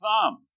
thumb